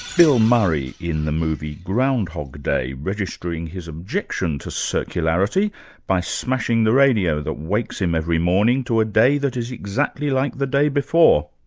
bill murray in the movie groundhog day registering his objection to circularity by smashing the radio that wakes him every morning to a day that is exactly like the day before.